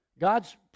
God's